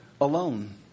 alone